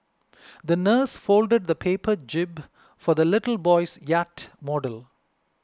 the nurse folded a paper jib for the little boy's yacht model